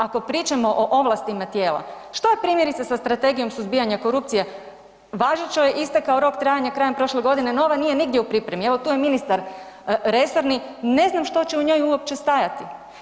Ako pričamo o ovlastima tijela što je primjerice sa strategijom suzbijanja korupcije, važećoj je istekao rok trajanja krajem prošle godine, nova nije nigdje u pripremi, evo tu je ministar resorni, ne znam što će u njoj uopće stajati.